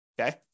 okay